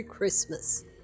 christmas